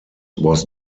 was